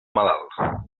malalt